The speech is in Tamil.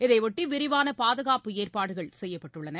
இதனையொட்டிவிரிவானபாதுகாப்பு ஏற்பாடுகள் செய்யப்பட்டுள்ளன